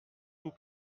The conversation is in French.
vous